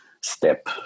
step